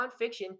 nonfiction